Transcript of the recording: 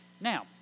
Now